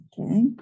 Okay